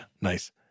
nice